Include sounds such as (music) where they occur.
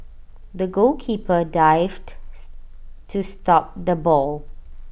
the goalkeeper dived (unintelligible) to stop the ball